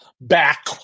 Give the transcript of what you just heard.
back